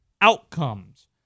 outcomes